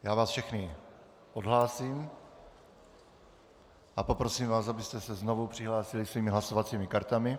Já vás všechny odhlásím a poprosím vás, abyste se znovu přihlásili svými hlasovacími kartami.